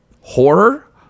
horror